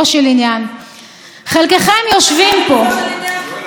יושב-ראש סיעת מרצ עד לפני שנייה וחצי,